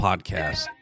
Podcast